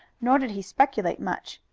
nor did he speculate much.